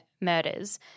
murders